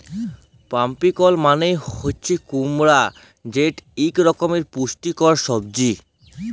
pumpkin মালে হছে কুমড়া যেট ইক রকমের পুষ্টিকর সবজি